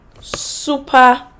super